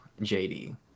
JD